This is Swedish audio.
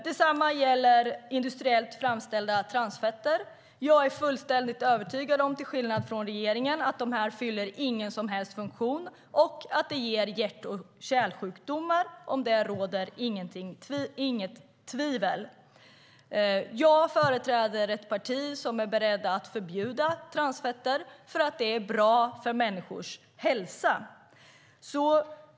Detsamma gäller industriellt framställda transfetter: Till skillnad från regeringen är jag övertygad om att de inte fyller någon som helst funktion och att de ger hjärt och kärlsjukdomar. Om detta råder inget tvivel. Jag företräder ett parti som är berett att förbjuda transfetter, för det är bra för människors hälsa.